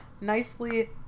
nicely